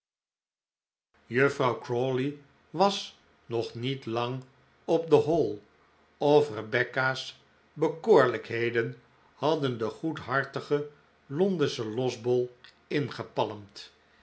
juffrouw crawley was nog niet lang op de hall of rebecca's bekoorlijkheden hadden de goedhartige londensche losbol ingepalmd